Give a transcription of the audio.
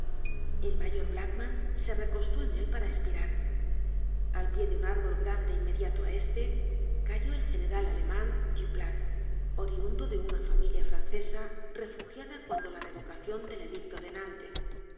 el mayor blackman se recostó en él para espirar al pie de un árbol grande inmediato á este cayó el general aleman duplat oriundo de una familia francesa refugiada cuando la revocacion del edicto de